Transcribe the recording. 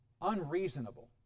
Unreasonable